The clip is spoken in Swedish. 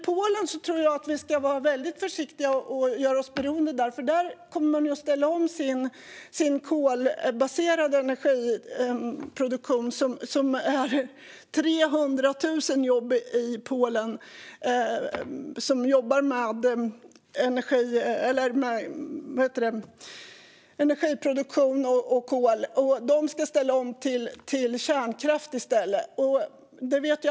Jag tror jag att vi ska vara väldigt försiktiga med att göra oss beroende av Polen. Där kommer man att ställa om sin kolbaserade energiproduktion. Det är 300 000 människor som jobbar med energiproduktion och kol i Polen, och man ska ställa om till kärnkraft i stället.